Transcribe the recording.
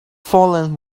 fallen